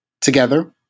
Together